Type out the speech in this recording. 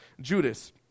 Judas